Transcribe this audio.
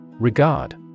Regard